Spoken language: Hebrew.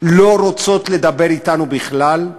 לא רוצות לדבר אתנו בכלל.